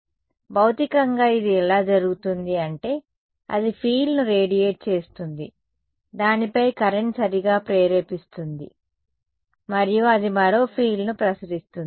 కాబట్టి భౌతికంగా ఇది ఎలా జరుగుతుంది అంటే అది ఫీల్డ్ను రేడియేట్ చేస్తుంది దానిపై కరెంట్ సరిగ్గా ప్రేరేపిస్తుంది మరియు అది మరో ఫీల్డ్ను ప్రసరిస్తుంది